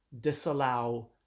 disallow